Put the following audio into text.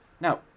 now